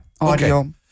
Audio